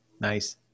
nice